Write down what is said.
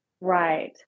Right